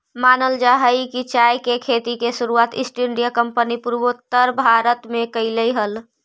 मानल जा हई कि चाय के खेती के शुरुआत ईस्ट इंडिया कंपनी पूर्वोत्तर भारत में कयलई हल